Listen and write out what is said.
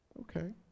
Okay